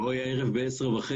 בואי הערב ב-10:30,